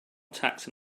attacks